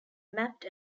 mapped